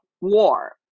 war